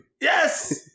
Yes